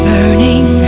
Burning